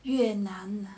越南